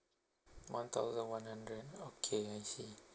one thousand one hundred okay I see